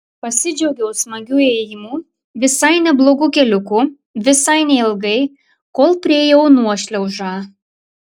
pasidžiaugiau smagiu ėjimu visai neblogu keliuku visai neilgai kol priėjau nuošliaužą